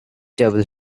devil